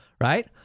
right